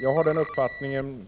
Jag har den uppfattningen